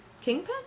Kingpin